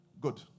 Good